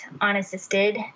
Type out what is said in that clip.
unassisted